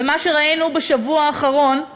מה שראינו בשבוע האחרון הוא